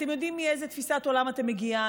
אתם יודעים מאיזו תפיסת עולם אני מגיעה.